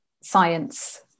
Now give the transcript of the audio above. science